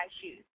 shoes